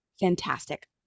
fantastic